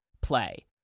play